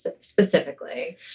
specifically